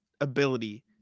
ability